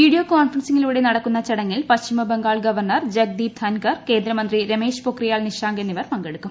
video കോൺഫറൻസിംഗിലൂടെ നടക്കുന്ന ചടങ്ങിൽ പശ്ചിമബംഗാൾ ക്രവർണ്ണർ ജഗ്ദീപ് ധൻകർ കേന്ദ്രമന്ത്രി രമേഷ് പൊഖ്രിയാൽ നിഷാങ്ക് എന്നിവർ പങ്കെടുക്കും